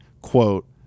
Quote